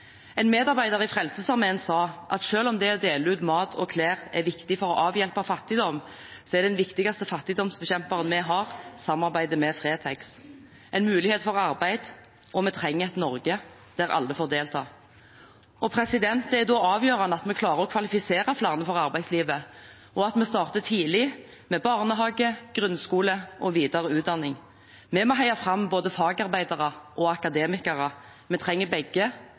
En medarbeider i Frelsesarmeen sa at selv om det å dele ut mat og klær er viktig for å avhjelpe fattigdom, er den viktigste fattigdomsbekjemperen de har, samarbeidet med Fretex. Det gir mulighet for arbeid. Vi trenger et Norge der alle får delta. Det er da avgjørende at vi klarer å kvalifisere flere for arbeidslivet, og at vi starter tidlig, med barnehage, grunnskole og videre utdanning. Vi må heie fram både fagarbeidere og akademikere. Vi trenger begge,